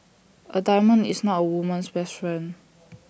A diamond is not A woman's best friend